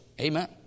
Amen